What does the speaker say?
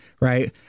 right